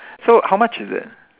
so how much is it